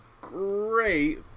great